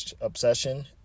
obsession